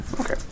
Okay